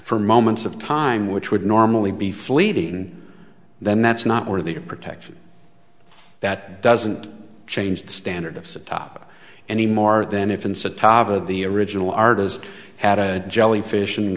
for moments of time which would normally be fleeting then that's not worthy of protection that doesn't change the standard of setup any more than if it's a top of the original artist had a jellyfish an